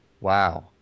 wow